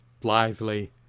blithely